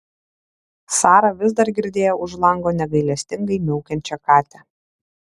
sara vis dar girdėjo už lango negailestingai miaukiančią katę